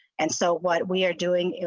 and so what we're doing.